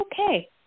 okay